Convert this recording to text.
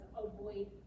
avoid